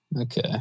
Okay